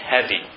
heavy